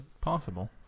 Possible